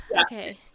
Okay